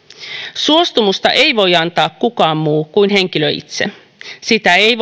suostumusta ei voi antaa kukaan muu kuin henkilö itse sitä ei